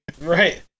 Right